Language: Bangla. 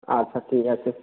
আচ্ছা ঠিক আছে